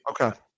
okay